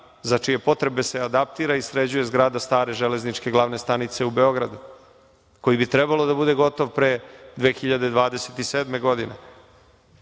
za čije potrebe se adaptira i sređuje zgrada stare Glavne železničke stanice u Beogradu, koji bi trebalo da bude gotov pre 2027. godine.